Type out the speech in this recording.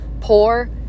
Poor